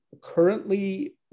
Currently